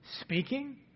speaking